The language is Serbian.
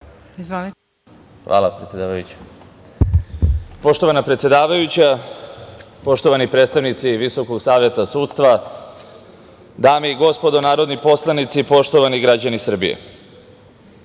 Hvala, predsedavajuća. Poštovana predsedavajuća, poštovani predstavnici Visokog saveta sudstva, dame i gospodo narodni poslanici, poštovani građani Srbije,